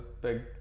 big